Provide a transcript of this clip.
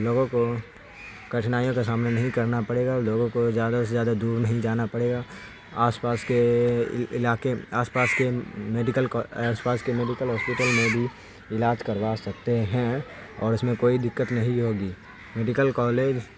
لوگوں کو کٹھنائیوں کا سامنا نہیں کرنا پڑے گا لوگوں کو زیادہ سے زیادہ دور نہیں جانا پڑے گا آس پاس کے علاقے آس پاس کے میڈیکل آس پاس کے میڈیکل ہاسپٹل میں بھی علاج کروا سکتے ہیں اور اس میں کوئی دقت نہیں ہوگی میڈیکل کالج